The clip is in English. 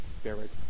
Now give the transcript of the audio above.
Spirit